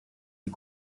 die